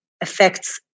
affects